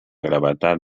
gravetat